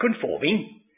conforming